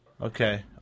Okay